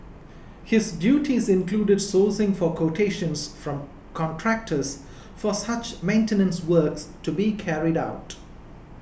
his duties included sourcing for quotations from contractors for such maintenance works to be carried out